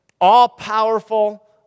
all-powerful